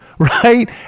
Right